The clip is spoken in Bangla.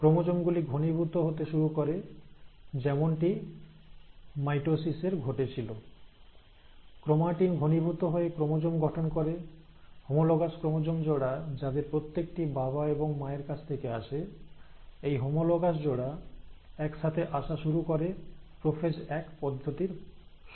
ক্রোমোজোম গুলি ঘনীভূত হতে শুরু করে যেমনটি মাইটোসিসের ঘটেছিল ক্রোমাটিন ঘনীভূত হয়ে ক্রোমোজোম গঠন করে হোমোলোগাস ক্রোমোজোমজোড়া যাদের প্রত্যেকটি বাবা এবং মায়ের কাছ থেকে আসে এই হোমোলোগাস জোড়া একসাথে আসা শুরু করে প্রোফেজ এক পদ্ধতির সময়